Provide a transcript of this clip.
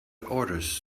orders